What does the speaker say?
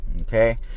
okay